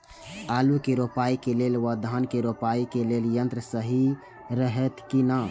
आलु के रोपाई के लेल व धान के रोपाई के लेल यन्त्र सहि रहैत कि ना?